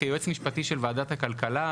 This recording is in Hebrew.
כיועץ משפטי של ועדת הכלכלה,